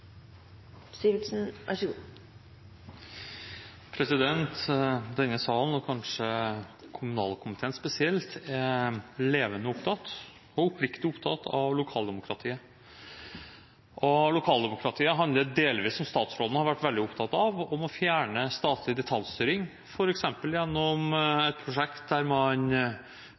levende og oppriktig opptatt av lokaldemokratiet. Lokaldemokratiet handler delvis om, som statsråden har vært veldig opptatt av, å fjerne statlig detaljstyring, f.eks. gjennom